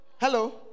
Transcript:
Hello